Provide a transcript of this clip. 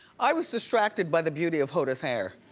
i was distracted by the beauty of hoda's hair.